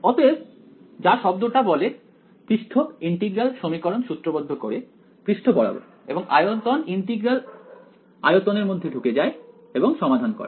অতএব যা শব্দটা বলে পৃষ্ঠ ইন্টিগ্রাল সমীকরণ সূত্রবদ্ধ করে পৃষ্ঠ বরাবর এবং আয়তন ইন্টিগ্রাল আয়তন এর মধ্যে ঢুকে যায় এবং সমাধান করে